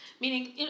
meaning